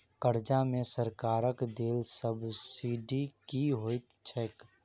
कर्जा मे सरकारक देल सब्सिडी की होइत छैक?